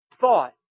thought